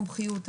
מומחיות,